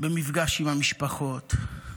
במפגש עם המשפחות,